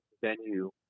venue